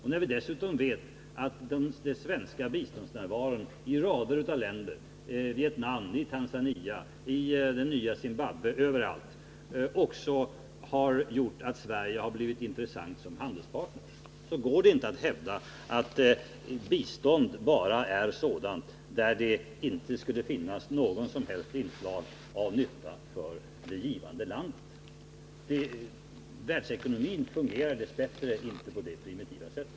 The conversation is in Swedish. Vi vet dessutom att i rader av länder den svenska biståndsnärvaron —i Vietnam, i Tanzania, i det nya Zimbabwe osv. — också gjort att Sverige har blivit intressant som handelspartner. Det går mot den bakgrunden inte att hävda att bistånd bara är sådant där det inte skulle finnas något som helst inslag av nytta för det givande landet. Världsekonomin fungerar dess bättre inte på det primitiva sättet.